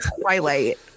Twilight